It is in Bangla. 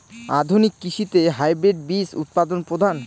আধুনিক কৃষিতে হাইব্রিড বীজ উৎপাদন প্রধান